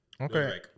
Okay